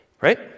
right